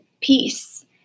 peace